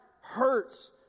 hurts